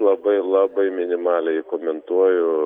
labai labai minimaliai komentuoju